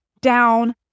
down